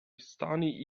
stani